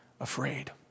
afraid